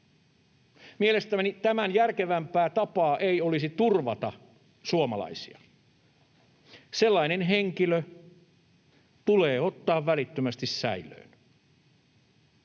Mielestäni tämän järkevämpää tapaa ei olisi turvata suomalaisia. Sellainen henkilö tulee ottaa välittömästi säilöön.